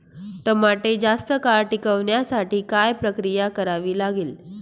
टमाटे जास्त काळ टिकवण्यासाठी काय प्रक्रिया करावी लागेल?